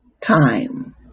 time